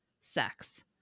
sex